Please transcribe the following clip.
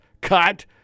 cut